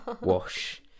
wash